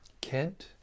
Kent